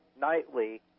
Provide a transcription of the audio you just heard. nightly